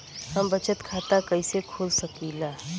हम बचत खाता कईसे खोल सकिला?